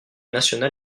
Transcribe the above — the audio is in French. nationale